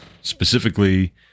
Specifically